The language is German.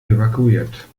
evakuiert